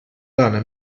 dona